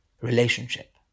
relationship